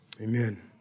amen